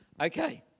Okay